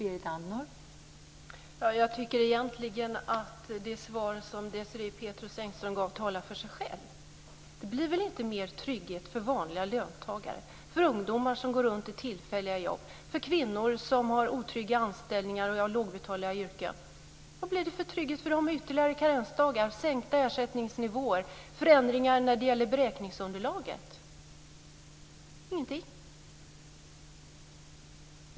Fru talman! Jag tycker egentligen att det svar som Desirée Pethrus Engström gav talar för sig själv. Det blir väl inte mer trygghet för vanliga löntagare, för ungdomar som går runt på tillfälliga jobb, för kvinnor som har otrygga anställningar och lågbetalda yrken? Vad blir det för trygghet för dem med ytterligare karensdagar, sänkta ersättningsnivåer och förändringar när det gäller beräkningsunderlaget? Ingen alls.